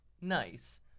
Nice